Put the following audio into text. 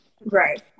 right